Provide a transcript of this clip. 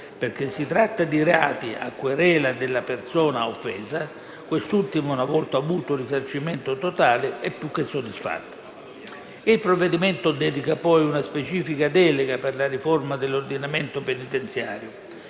perché si tratta di reati a querela della persona offesa; e quest'ultima, una volta avuto risarcimento totale, è più che soddisfatta. Il provvedimento dedica poi una specifica delega alla riforma dell'ordinamento penitenziario,